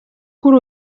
kuri